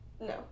No